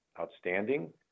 Outstanding